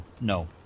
no